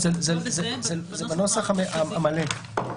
בנוסח המלא,